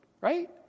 right